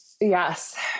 Yes